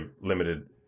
limited